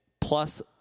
plus